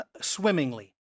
swimmingly